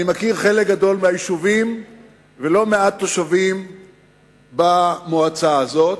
אני מכיר חלק גדול מהיישובים ולא מעט תושבים במועצה הזאת,